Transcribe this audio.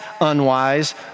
unwise